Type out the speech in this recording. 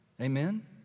Amen